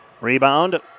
Rebound